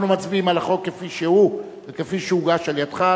אנחנו מצביעים על החוק כפי שהוא וכפי שהוגש על-ידך.